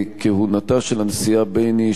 כהונתה של הנשיאה בייניש,